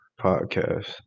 podcast